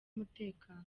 umutekano